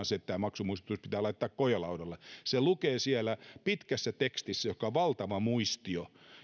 se että tämä maksumuistutus pitää laittaa kojelaudalle se lukee siellä pitkässä tekstissä joka on valtava muistio